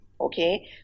okay